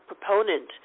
proponent